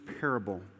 parable